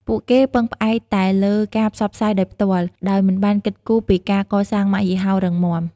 ពួកគេពឹងផ្អែកតែលើការផ្សព្វផ្សាយដោយផ្ទាល់ ដោយមិនបានគិតគូរពីការកសាងម៉ាកយីហោរឹងមាំ។